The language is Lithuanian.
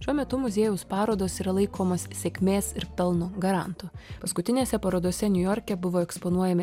šiuo metu muziejaus parodos yra laikomos sėkmės ir pelno garantu paskutinėse parodose niujorke buvo eksponuojami